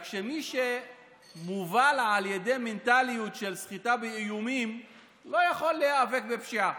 רק שמי שמובל על ידי מנטליות של סחיטה באיומים לא יכול להיאבק בפשיעה,